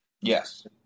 Yes